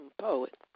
poet